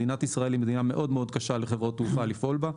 מדינת ישראל היא מדינה קשה מאוד לחברות התעופה לפעול בה,